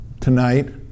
tonight